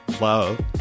love